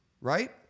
right